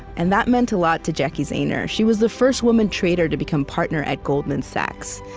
and that meant a lot to jacki zehner. she was the first woman trader to become partner at goldman sachs,